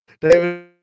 David